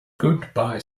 goodbye